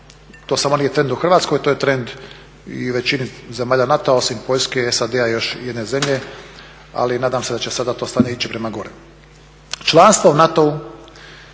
To nije samo trend u Hrvatskoj to je trend i u većini zemalja NATO-a osim Poljske, SAD-a i još jedne zemlje. Ali nadam se da će sada to stanje ići prema gore. Članstvo u NATO-u